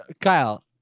kyle